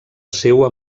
seua